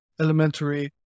elementary